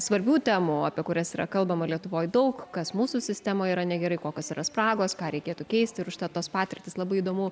svarbių temų apie kurias yra kalbama lietuvoj daug kas mūsų sistemoj yra negerai kokios yra spragos ką reikėtų keisti ir užtat tos patirtys labai įdomu